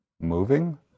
Moving